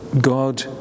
God